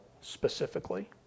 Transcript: specifically